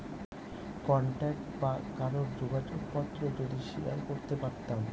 contact বা কারোর যোগাযোগ পত্র যদি শেয়ার করতে পারতাম